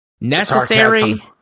Necessary